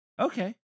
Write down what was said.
Okay